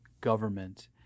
government